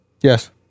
Yes